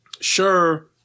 sure